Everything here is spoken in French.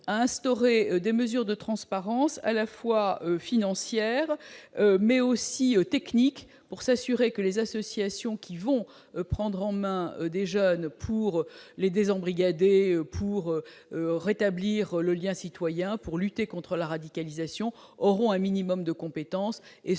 à instaurer des mesures de transparence, financières, mais aussi techniques, pour s'assurer que les associations qui prennent en main des jeunes pour les désembrigader, rétablir le lien citoyen et lutter contre la radicalisation ont un minimum de compétences et sont